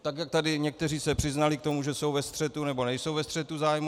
Tak jak se tady někteří přiznali k tomu, že jsou ve střetu nebo nejsou ve střetu zájmu.